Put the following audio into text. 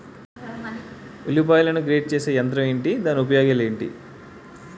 ఉల్లిపాయలను గ్రేడ్ చేసే యంత్రం ఏంటి? దాని ఉపయోగాలు ఏంటి?